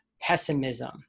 pessimism